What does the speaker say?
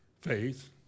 faith